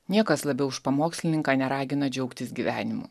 niekas labiau už pamokslininką neragina džiaugtis gyvenimu